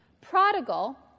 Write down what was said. Prodigal